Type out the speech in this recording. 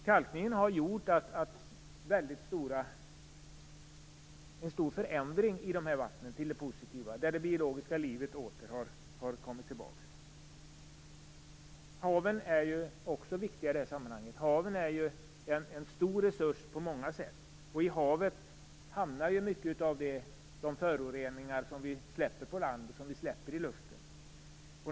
Kalkningen har inneburit en stor förändring till det positiva för dessa vatten, och det biologiska livet har kommit tillbaka. Haven är också viktiga i det sammanhanget. De är ju en stor resurs på många sätt, och i haven hamnar mycket av de föroreningar som vi släpper ut på land och i luften.